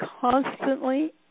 constantly